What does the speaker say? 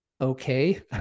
okay